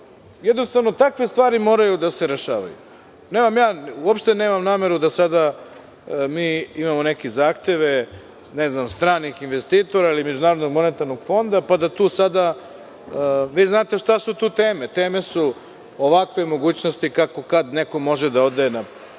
Jednostavno takve stvari moraju da se rešavaju. Uopšte nemam nameru da sada mi imamo neke zahteve, ne znam stranih investitora ili MMF pa da tu sada, vi znate šta su tu teme, teme su ovakve mogućnosti kako kad neko može da ode, kako